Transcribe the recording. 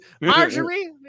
Marjorie